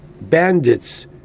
bandits